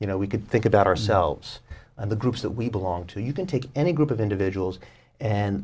you know we could think about ourselves and the groups that we belong to you can take any group of individuals and